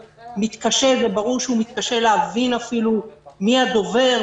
ברור שהוא מתקשה להבין אפילו מי הדובר,